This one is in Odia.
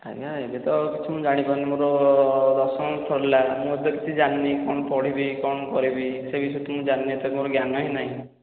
ଆଜ୍ଞା ଏବେ ତ କିଛି ମୁଁ ଜାଣି ପାରୁନି ମୋର ଦଶମ ସରିଲା ମୁଁ ଏବେ କିଛି ଜାଣିନି କ'ଣ ପଢ଼ିବି କ'ଣ କରିବି ସେଇ ବିଷୟରେ ମୁଁ ଜାଣିନି ମୋର ଜ୍ଞାନ ହିଁ ନାହିଁ